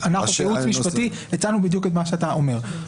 אנחנו כייעוץ משפטי הצענו בדיוק את מה שאתה אומר.